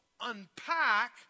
unpack